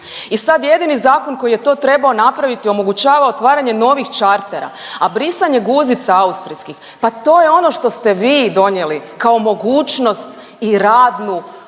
i sad jedini zakon koji je to trebao napraviti omogućava otvaranje novih čartera, a brisanja guzica austrijskih, pa to je ono što ste vi donijeli kao mogućnost i radnu